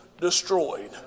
destroyed